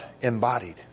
embodied